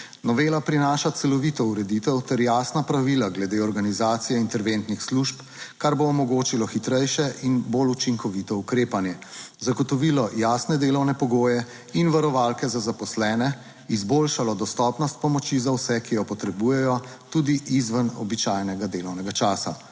Novela prinaša celovito ureditev ter jasna pravila glede organizacije interventnih služb, kar bo omogočilo hitrejše in bolj učinkovito ukrepanje, zagotovilo jasne delovne pogoje in varovalke za zaposlene, izboljšalo dostopnost pomoči za vse, ki jo potrebujejo tudi izven običajnega delovnega časa.